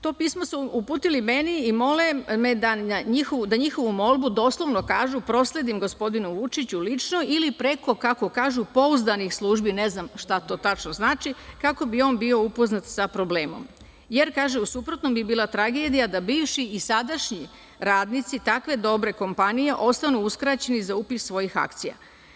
To pismo su uputili meni i mole me da njihovu molbu, doslovno kažu prosledim gospodinu Vučiću, lično ili preko kako kažu pouzdanih službi, ne znam šta to tačno znači, kako bi on bio upoznat sa problemom, jer kažu, u suprotnom bi bila tragedija da bivši i sadašnji radnici takve dobre kompanije ostanu uskraćeni za upis svojih akcija.